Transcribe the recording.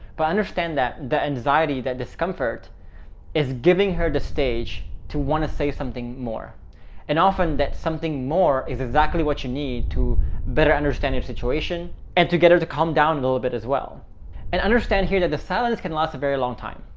but understand that the anxiety, that discomfort is giving her the stage to want to say something more and often that something more is exactly what you need to better understand your situation and to get her to calm down a little bit as well and understand here that the silence can last a very long time,